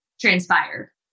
transpire